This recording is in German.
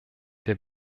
der